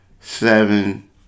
seven